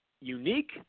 unique